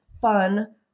fun